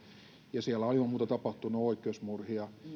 ja siellä on ilman muuta tapahtunut oikeusmurhia